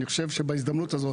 אני חושב שבהזדמנות הזאת,